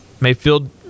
Mayfield